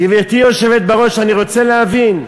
גברתי היושבת בראש, אני רוצה להבין,